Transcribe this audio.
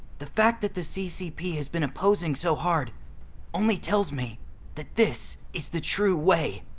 the fact that the ccp has been opposing so hard only tells me that this is the true way.